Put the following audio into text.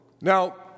Now